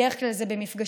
בדרך כלל זה במפגשים,